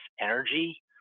energy